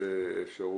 לאיתמר.